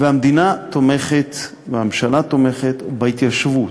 והמדינה תומכת והממשלה תומכת בהתיישבות.